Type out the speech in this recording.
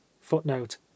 Footnote